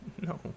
No